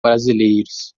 brasileiros